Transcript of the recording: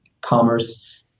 commerce